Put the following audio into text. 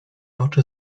oczy